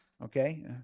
Okay